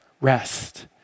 rest